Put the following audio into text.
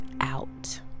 out